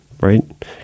Right